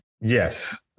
Yes